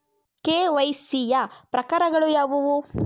KYC ಯ ಪ್ರಕಾರಗಳು ಯಾವುವು?